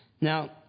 Now